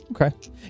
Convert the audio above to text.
Okay